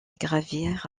gravir